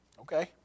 Okay